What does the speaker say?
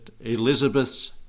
elizabeth's